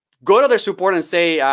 go to their support and say,